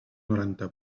noranta